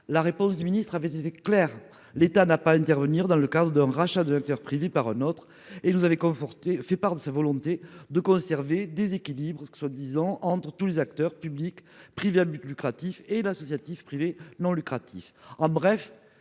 La réponse du ministre avait été clair, l'État n'a pas à intervenir dans le cadre d'un rachat de acteur privé par un autre et nous avaient confortés fait part de sa volonté de conserver déséquilibre que soit disant entre tous les acteurs publics, privés à but lucratif et l'associatif privé non lucratif